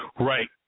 Right